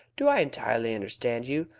do i entirely understand you?